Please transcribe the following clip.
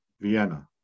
Vienna